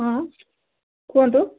ହଁ କୁହନ୍ତୁ